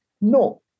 No